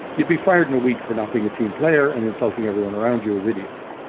you'd be fired in a week for not being a team player and insulting everyone around you as idiots.